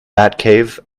batcave